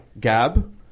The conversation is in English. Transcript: Gab